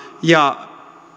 ja